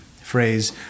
phrase